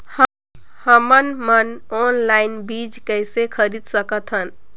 हमन मन ऑनलाइन बीज किसे खरीद सकथन?